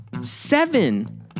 Seven